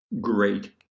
great